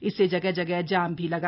इससे जगह जगह जाम भी लगा